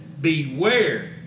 Beware